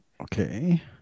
Okay